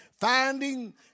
finding